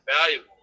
Valuable